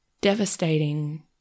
devastating